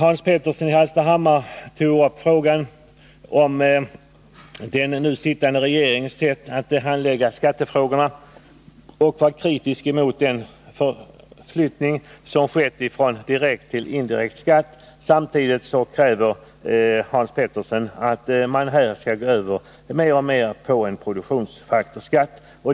Hans Petersson i Hallstahammar tog upp frågan om den nu sittande regeringens sätt att handlägga skattefrågorna och var kritisk mot den förskjutning som skett från direkt till indirekt skatt. Samtidigt kräver Hans Petersson att man mer och mer skall gå över till en produktionsfaktorsskatt.